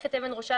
מערכת אבן ראשה,